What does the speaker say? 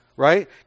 Right